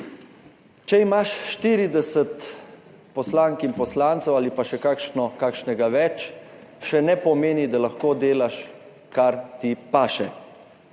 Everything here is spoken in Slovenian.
Če imaš 40 poslank in poslancev ali pa še kakšnega več, še ne pomeni, da lahko delaš kar ti paše.